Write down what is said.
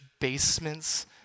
basements